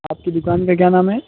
आपकी दुकान का क्या नाम है